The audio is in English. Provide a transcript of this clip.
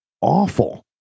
awful